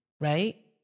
right